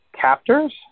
captors